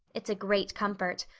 it's a great comfort.